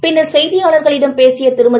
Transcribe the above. பின்னா் செய்தியாளா்களிடம் பேசிய திருமதி